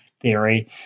theory